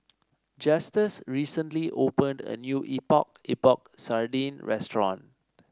Justus recently opened a new Epok Epok Sardin restaurant